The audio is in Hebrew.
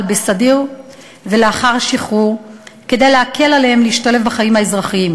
בסדיר ולאחר שחרור כדי להקל עליהם להשתלב בחיים האזרחיים.